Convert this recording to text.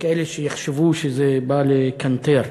כאלה שיחשבו שזה בא לקנטר,